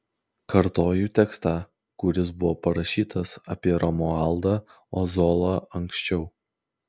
kartoju tekstą kuris buvo parašytas apie romualdą ozolą anksčiau